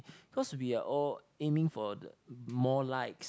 cause we are all aiming for more likes